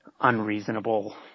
unreasonable